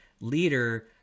leader